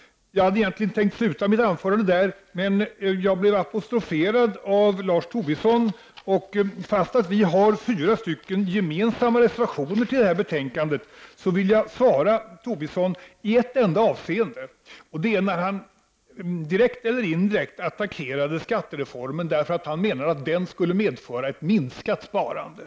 Jag hade egentligen tänkt avsluta mitt anförande här. Men jag blev apostroferad av Lars Tobisson. För det första har vi fyra gemensamma reservationer i detta betänkande. Men på en punkt måste jag bemöta Lars Tobisson. Direkt eller indirekt attackerar han nämligen skattereformen, som han menar skulle medföra ett minskat sparande.